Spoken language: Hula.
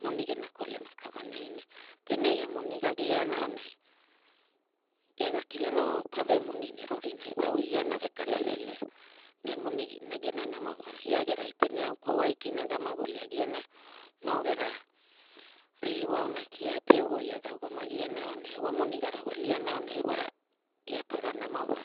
Moni gera kolema kavanai ne pene ia moni ga giana auna ia ha kilana o pave moni ne rorinai wa au eia anave kala lelea ne moni gena nama wa ia gerai pene au kwaua aikina ga maguli agiana no gera ririwa ama kia pe voia ga ugamagiana aunai wa moni ga rawaliana aunai wa ia paga nama wa